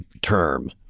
term